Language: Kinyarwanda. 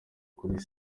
kuri